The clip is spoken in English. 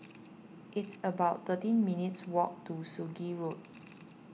it's about thirteen minutes' walk to Sungei Road